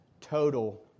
total